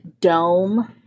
dome